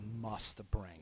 must-bring